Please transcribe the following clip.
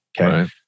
Okay